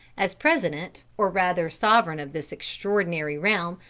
as president or rather sovereign of this extraordinary realm,